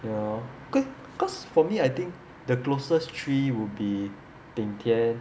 ya ca~ because for me I think the closest three will be bing tian